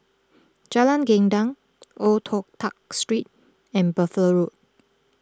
Jalan Gendang Old Toh Tuck Street and Buffalo Road